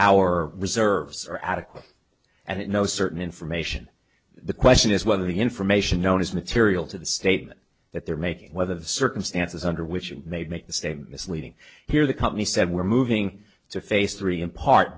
our reserves are adequate and it no certain information the question is whether the information known as material to the statement that they're making whether the circumstances under which you made make the same misleading here the company said we're moving to face three in part